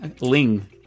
Ling